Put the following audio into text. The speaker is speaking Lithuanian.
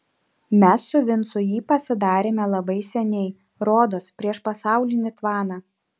mes su vincu jį pasidarėme labai seniai rodos prieš pasaulinį tvaną